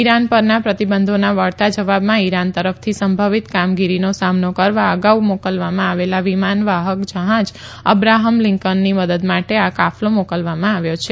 Iran પરના પ્રતિબંધોના વળતા જવાબમાં ઈરાન તરફથી સંભવિત કામગીરીનો સામનો કરવા અગાઉ મોકલવામાં આવેલા વિમાન વાહક જહાજ અબ્રાહમ લીંન્કનની મદદ માટે આ કાફલો મોકલવામાં આવ્યો છે